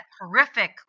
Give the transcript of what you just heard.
horrific